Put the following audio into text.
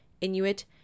Inuit